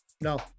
No